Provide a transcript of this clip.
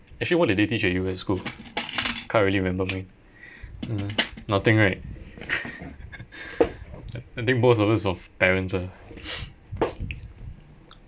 actually what did they teach when you were in school can't really remember mine mm nothing right I think both of us were parents ah